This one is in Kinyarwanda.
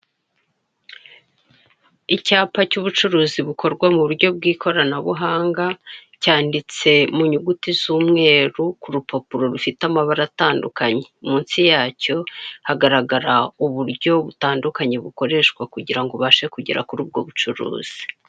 Icyapa cy'ubucuruzi bukorwa mu buryo bw'ikoranabuhanga, cyanditse mu nyuguti z'umweru ku rupapuro rufite amabara atandukanye, munsi yacyo hagaragara uburyo butandukanye bukoreshwa kugira ngo ubashe kugera kuri ubwo bucuruzi.